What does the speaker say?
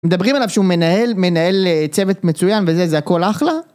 מדברים עליו שהוא מנהל, מנהל צוות מצוין וזה, זה הכל אחלה?